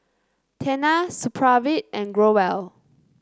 Tena Supravit and Growell